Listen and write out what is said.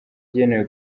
igenewe